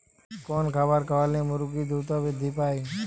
কোন খাবার খাওয়ালে মুরগি দ্রুত বৃদ্ধি পায়?